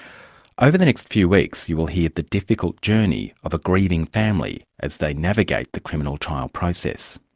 over the next few weeks you'll hear the difficult journey of a grieving family as they navigate the criminal trial process.